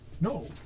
No